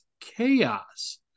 chaos